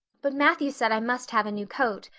but matthew said i must have a new coat,